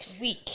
weak